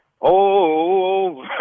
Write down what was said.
over